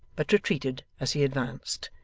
but retreated as he advanced,